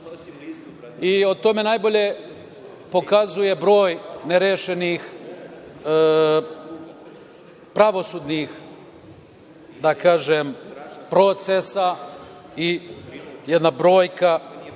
i tome najbolje pokazuje broj nerešenih pravosudnih, da kažem, procesa i jedna brojka,